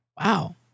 Wow